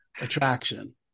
attraction